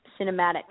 cinematic